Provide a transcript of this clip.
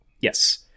Yes